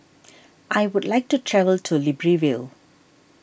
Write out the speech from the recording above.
I would like to travel to Libreville